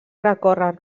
recórrer